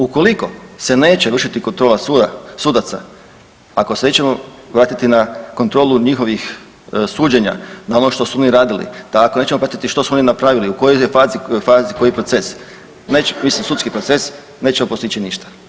Ukoliko se neće vršiti kontrola sudaca, ako se nećemo vratiti na kontrolu njihovih suđenja, na ono što su oni radili, da ako nećemo pratiti što su oni napravili, u kojoj je fazi, fazi koji proces, neće mislim sudski proces, nećemo postići ništa.